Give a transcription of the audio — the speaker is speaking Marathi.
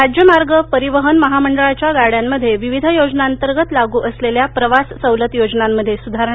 राज्य मार्ग परिवहन महामंडळाच्या गाड्यांमध्ये विविध योजनांतर्गत लागू असलेल्या प्रवास सवलत योजनांमध्ये सुधारणा